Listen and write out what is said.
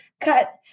cut